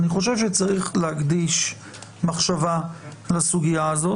אני חושב שצריך להקדיש מחשבה לסוגיה הזאת.